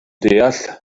deall